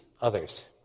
others